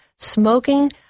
Smoking